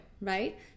right